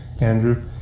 Andrew